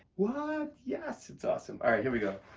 what! yes! it's awesome. alright, here we go.